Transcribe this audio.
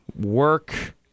work